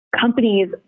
companies